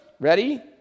ready